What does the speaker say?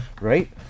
right